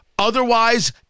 Otherwise